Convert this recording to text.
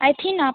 अयथिन